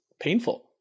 painful